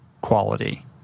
quality